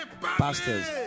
pastors